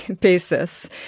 basis